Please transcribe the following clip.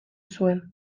zuen